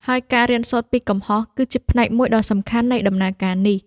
ហើយការ រៀនសូត្រពីកំហុស គឺជាផ្នែកមួយដ៏សំខាន់នៃដំណើរការនេះ។